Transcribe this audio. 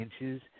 inches